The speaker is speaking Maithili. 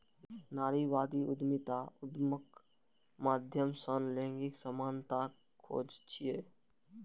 नारीवादी उद्यमिता उद्यमक माध्यम सं लैंगिक समानताक खोज छियै